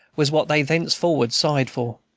was what they thenceforward sighed for.